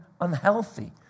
unhealthy